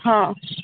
ହଁ